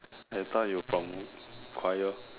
I thought you from choir